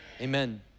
Amen